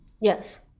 Yes